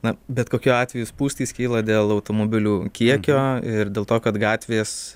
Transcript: na bet kokiu atveju spūstys kyla dėl automobilių kiekio ir dėl to kad gatvės